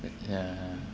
yeah yeah